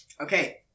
Okay